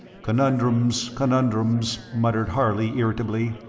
conundrums! conundrums! muttered harley, irritably.